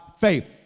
faith